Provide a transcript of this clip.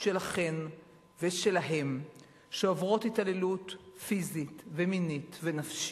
שלכם ושלהם שעוברות התעללות פיזית ומינית ונפשית.